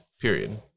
Period